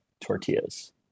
tortillas